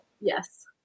Yes